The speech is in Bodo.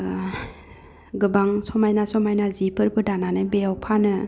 गोबां समायना समायना जिफोरबो दानानै बेयाव फानो